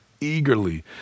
eagerly